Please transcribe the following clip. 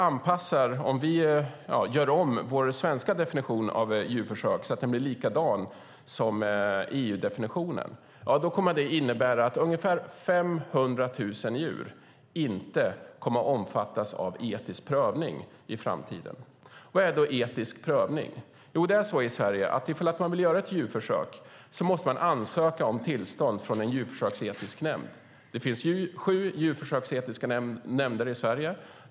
Gör vi om vår svenska definition så att den blir likadan som EU-definitionen kommer det att innebära att ungefär 500 000 djur inte kommer att omfattas av etisk prövning i framtiden. Vad är då etisk prövning? Jo, vill man göra ett djurförsök i Sverige måste man ansöka om tillstånd från en djurförsöksetisk nämnd. Det finns sju djurförsöksetiska nämnder i Sverige.